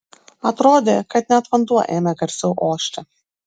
atrodė kad net vanduo ėmė garsiau ošti